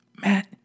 Matt